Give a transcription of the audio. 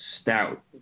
Stout